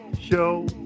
show